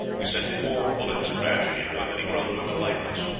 we sent four bullets crashing into him, and he rolled over lifeless.